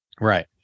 right